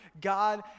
God